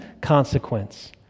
consequence